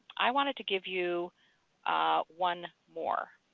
i wanted to give you one more.